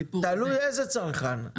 תלוי איזה צרכן,